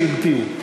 "כי מה' שאלתיו".